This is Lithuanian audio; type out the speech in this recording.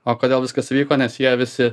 o kodėl viskas įvyko nes jie visi